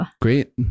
Great